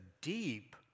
deep